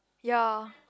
ya